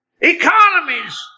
economies